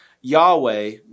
Yahweh